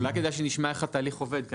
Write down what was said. כדאי שנשמע מהמכס איך התהליך עובד.